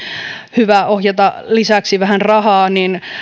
hyvä ohjata lisäksi vähän rahaa